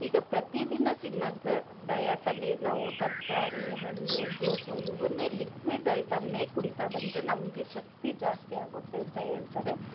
ಈಗ ಪ್ರತಿ ದಿನ ತಿನ್ನೋದನ್ನ ಡಯಟಲ್ಲಿ ನಾವು ತರಕಾರಿ ಹಣ್ಣು ಜೂಸು ಇವನ್ನೇ ಲಿಕ್ವಿಡ್ ಐಟಮನ್ನೆ ಕುಡಿತಾ ಬಂದರೆ ನಮಗೆ ಶಕ್ತಿ ಜಾಸ್ತಿ ಆಗುತ್ತೆ ಅಂತ ಹೇಳ್ತಾರೆ